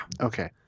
Okay